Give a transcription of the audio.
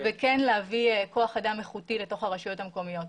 וכן להביא כוח אדם איכותו לתוך הרשויות המקומיות.